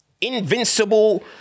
invincible